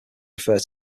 refer